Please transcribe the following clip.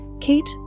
Kate